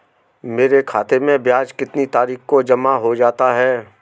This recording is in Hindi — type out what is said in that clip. मेरे खाते में ब्याज कितनी तारीख को जमा हो जाता है?